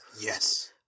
yes